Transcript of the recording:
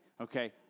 Okay